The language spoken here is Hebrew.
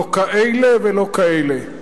לא כאלה ולא כאלה,